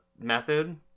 method